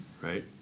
right